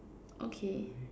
okay